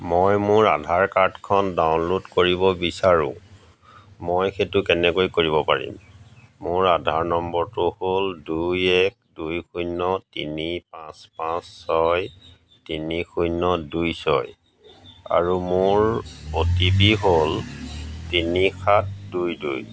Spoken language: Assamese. মই মোৰ আধাৰ কাৰ্ডখন ডাউনলোড কৰিব বিচাৰোঁ মই সেইটো কেনেকৈ কৰিব পাৰিম মোৰ আধাৰ নম্বৰটো হ'ল দুই এক দুই শূন্য তিনি পাঁচ পাঁচ ছয় তিনি শূন্য দুই ছয় আৰু মোৰ অ' টি পি হ'ল তিনি সাত দুই দুই